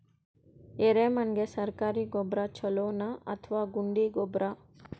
ಎರೆಮಣ್ ಗೆ ಸರ್ಕಾರಿ ಗೊಬ್ಬರ ಛೂಲೊ ನಾ ಅಥವಾ ಗುಂಡಿ ಗೊಬ್ಬರ?